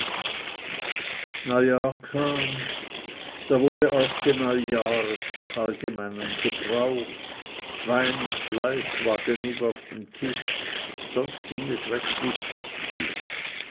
neujahr kam da wurde auch gneujahret nach allgemeinem gebrauch wein und fleisch war genug auf dem tisch sonst ging es recht lustig zu